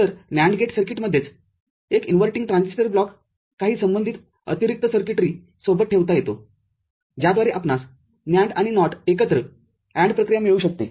तर NAND gate सर्किटमध्येच एक इन्व्हर्टींग ट्रान्झिस्टर ब्लॉककाही संबंधित अतिरिक्त सर्किटरीसोबत ठेवता येतो ज्याद्वारे आपनास NAND आणि NOT एकत्र AND प्रक्रिया मिळू शकते